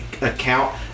account